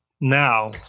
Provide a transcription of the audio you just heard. now